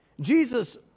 Jesus